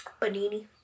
Panini